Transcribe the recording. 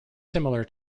similar